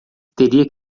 teria